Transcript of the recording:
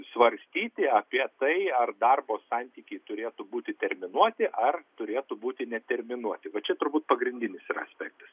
svarstyti apie tai ar darbo santykiai turėtų būti terminuoti ar turėtų būti neterminuoti va čia turbūt pagrindinis yra aspektas